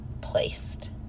placed